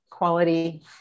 quality